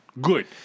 good